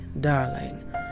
darling